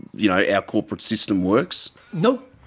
you know, our corporate system works? nope.